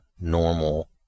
normal